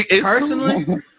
Personally